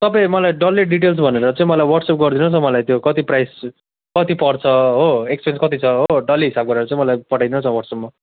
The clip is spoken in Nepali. तपाईँ मलाई डल्लै डिटेल्स भनेर चाहिँ मलाई वाट्सएप गरिदिनुहोस् न मलाई त्यो कति प्राइस कति पर्छ हो एक्सपेन्स कति छ हो डल्लै हिसाब गरेर चाहिँ मलाई पठाइदिनुस् न वाट्सएपमा